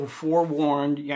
forewarned